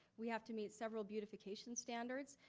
we have to meet several beautification standards.